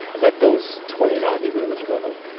is that those twenty and odd negroes, as you call them.